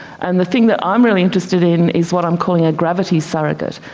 and the thing that i'm really interested in is what i'm calling a gravity surrogate,